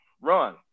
run